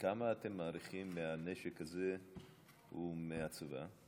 כמה אתם מעריכים מהנשק הזה הוא מהצבא?